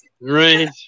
Right